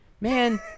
Man